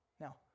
Now